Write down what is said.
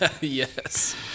Yes